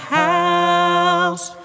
house